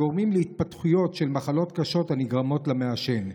הגורמים להתפתחויות של מחלות קשות הנגרמות למעשן.